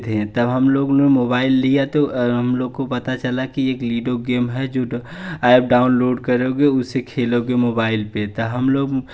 थे तब हम लोगों ने मोबाइल लिया तो हम लोगों को पता चला कि एक लूडो गेम है जो ऐप डाउनलोड करोगे उसे खेलोगे मोबाइल पर तो हम लोग